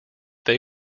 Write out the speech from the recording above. they